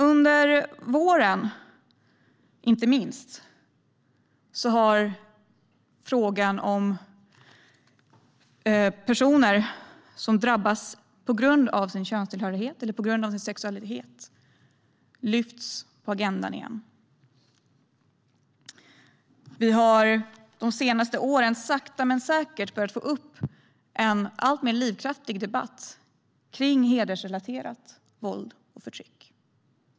Under våren, inte minst, har frågan om personer som drabbas av förtryck på grund av sin könstillhörighet eller sexualitet lyfts upp på agendan igen. Vi har de senaste åren sakta men säkert börjat få i gång en alltmer livskraftig debatt om hedersrelaterat våld och förtryck.